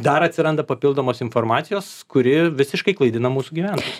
dar atsiranda papildomos informacijos kuri visiškai klaidina mūsų gyventojus